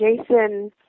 Jason